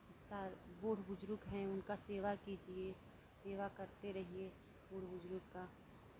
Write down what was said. सा बूढ़ बुज़ुर्ग हैं उनका सेवा कीजिये सेवा करते रहिये बूढ़ बुज़ुर्ग का